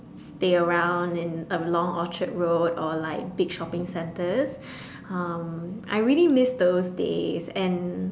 stay around in along Orchard-road or like big shopping centers um I really miss those days and